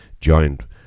joined